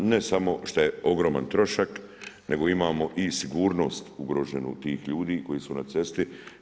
Ne samo što je ogroman trošak, nego imamo i sigurnost ugroženu tih ljudi koji su na cesti.